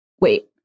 Wait